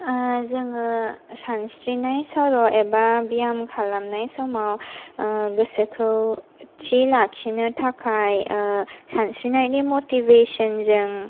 जोङो सानस्रिनाय सर' एबा ब्याम खालामनाय समाव गोसोखौ थि लाखिनो थाखाय सानस्रिनायनि मटिभेसन जों